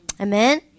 Amen